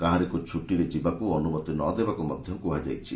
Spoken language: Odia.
କାହାରିକୁ ଛଟିରେ ଯିବାକୁ ଅନୁମତି ନଦେବାକୁ ମଧ୍ୟ କୁହାଯାଇଛି